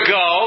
go